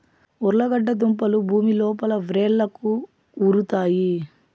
ఉర్లగడ్డ దుంపలు భూమి లోపల వ్రేళ్లకు ఉరుతాయి